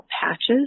patches